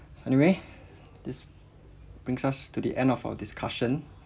so anyway this brings us to the end of our discussion